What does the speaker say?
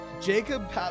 jacob